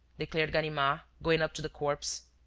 declared ganimard, going up to the corpse,